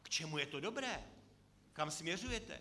K čemu je to dobré, kam směřujete?